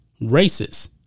racist